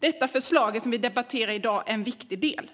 Det förslag som vi debatterar i dag är en viktig del.